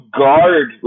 guard